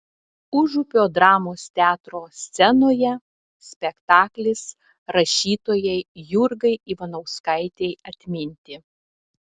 užupio dramos teatro scenoje spektaklis rašytojai jurgai ivanauskaitei atminti